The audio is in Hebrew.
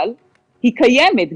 אבל היא קיימת.